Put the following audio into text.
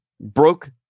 broke